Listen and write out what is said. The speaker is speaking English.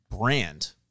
brand